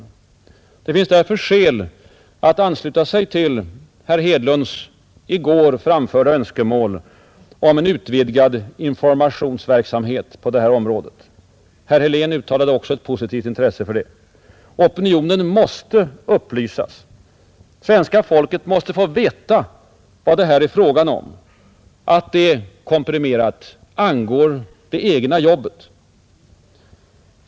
Det finns därför skäl att ansluta sig till herr Hedlunds i går framförda önskemål om en vidgad informationsverksamhet på detta område. Herr Helén uttalade också ett positivt intresse för saken. Opinionen måste upplysas. Svenska folket måste få veta vad det är fråga om. Att det — komprimerat — angår det egna jobbet.